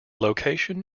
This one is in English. location